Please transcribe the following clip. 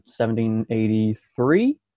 1783